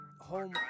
home